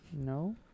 No